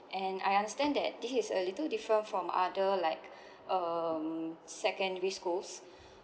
and I understand that this is a little different from other like um secondary schools